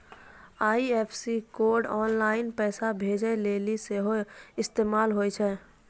IFSC code online पैसा भेजै लेली सेहो इस्तेमाल होय छै